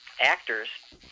actors